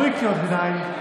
בלי קריאות ביניים,